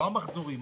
לא המחזורים.